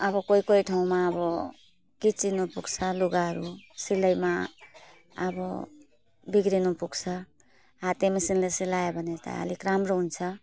अब कोही कोही ठाउँमा अब किचिनु पुग्छ लुगाहरू सिलाइमा अब बिग्रनु पुग्छ हाते मेसिनले सिलायो भने त अलिक राम्रो हुन्छ